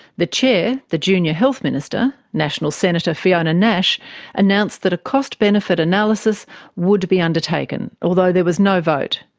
the chair the junior health minister, nationals senator fiona nash announced that a cost benefit analysis would be undertaken, although there were was no vote.